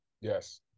Yes